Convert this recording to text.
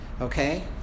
okay